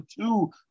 two